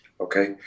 Okay